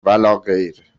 ولاغیر